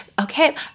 okay